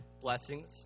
blessings